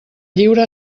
lliure